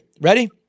ready